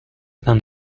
dan